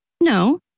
No